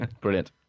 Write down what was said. Brilliant